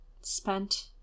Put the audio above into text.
Spent